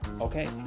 Okay